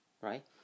right